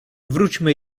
wróćmy